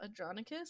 Adronicus